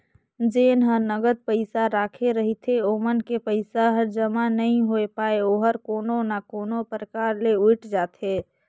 जेन ह नगद पइसा राखे रहिथे ओमन के पइसा हर जमा नइ होए पाये ओहर कोनो ना कोनो परकार ले उइठ जाथे